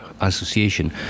association